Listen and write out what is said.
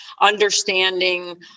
understanding